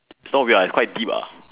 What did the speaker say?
it's not weird ah it's quite deep ah